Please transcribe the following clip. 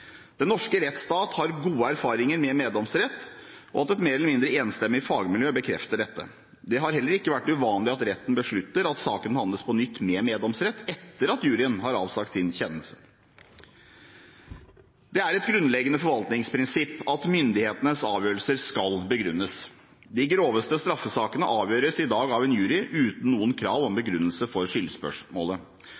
Den norske rettsstat har gode erfaringer med meddomsrett, og et mer eller mindre enstemmig fagmiljø bekrefter dette. Det har heller ikke vært uvanlig at retten beslutter at saken behandles på nytt med meddomsrett etter at juryen har avsagt sin kjennelse. Det er et grunnleggende forvaltningsprinsipp at myndighetenes avgjørelser skal begrunnes. De groveste straffesakene avgjøres i dag av en jury uten noen krav om